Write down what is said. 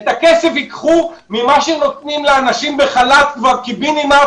את הכסף ייקחו ממה שנותנים לאנשים בחל"ת כבר קיבינימט